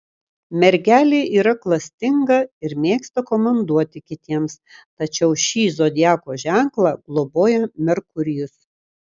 mergelė yra klastinga ir mėgsta komanduoti kitiems tačiau šį zodiako ženklą globoja merkurijus